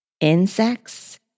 Insects